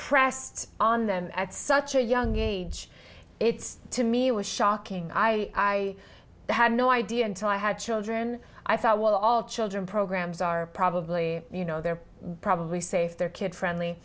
pressed on them at such a young age it's to me was shocking i had no idea until i had children i thought well all children programs are probably you know they're probably safe their kid friendly